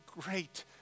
great